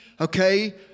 Okay